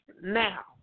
Now